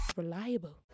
reliable